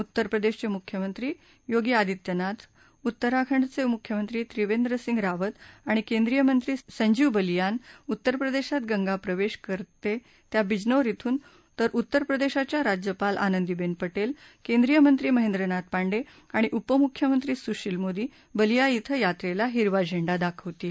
उत्तर प्रदेशचे मुख्यमंत्री योगी आदित्यनाथ उत्तराखंडचे मुख्यमंत्री त्रिवेंद्रसिंग रावत आणि केंद्रीय मंत्री संजीव बलियान उत्तर प्रदेशात गंगा प्रवेश करते त्या बिजनोर इथून तर उत्तर प्रदेशाच्या राज्यपाल आनंदीबेन पटेल केंद्रीय मंत्री महेंद्रनाथ पांडे आणि उपमुख्यमंत्री सुशील मोदी बल्लीआ इथं यात्रेला हिरवा झेंडा दाखवतील